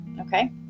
Okay